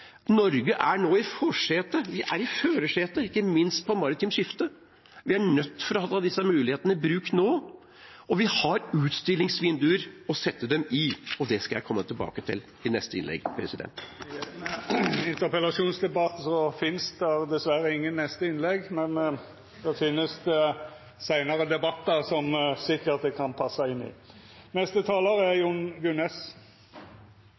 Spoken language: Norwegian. Norge er nå i førersetet, ikke minst når det gjelder det maritime skiftet. Vi er nødt til å ta disse mulighetene i bruk nå, og vi har utstillingsvinduer å sette dem i. Det skal jeg komme tilbake til i neste innlegg. I ein interpellasjonsdebatt finst det dessverre ikkje noko «neste innlegg», men det kjem seinare debattar som det sikkert kan passa inn i.